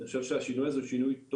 אני חושב שהשינוי הזה הוא שינוי טוב.